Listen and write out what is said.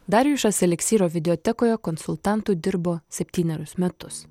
darjušas eliksyro videotekoje konsultantu dirbo septynerius metus